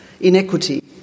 inequity